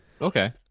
Okay